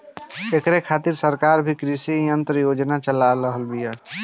ऐकरे खातिर सरकार भी कृषी यंत्र योजना चलइले बिया